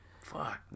Fuck